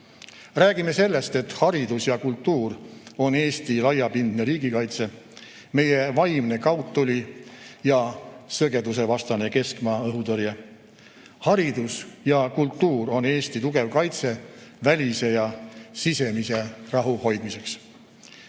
Räägime sellest, et haridus ja kultuur on Eesti laiapindne riigikaitse, meie vaimne kaudtuli ja sõgedusevastane keskmaa õhutõrje. Haridus ja kultuur on Eesti tugev kaitse välise ja sisemise rahu hoidmiseks.